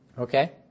Okay